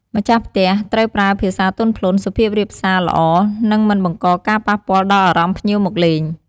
ម្ចាស់ផ្ទះត្រូវប្រើភាសាទន់ភ្លន់ សុភាពរាបសាល្អ និងមិនបង្ករការប៉ះពាល់ដល់អារម្មណ៍ភ្ញៀវមកលេង។